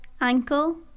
ankle